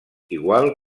igual